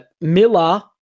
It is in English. Miller